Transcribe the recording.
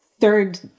third